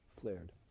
flared